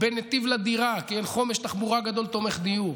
ב"נתיב לדירה" חומש תחבורה גדול תומך דיור,